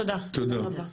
תודה רבה.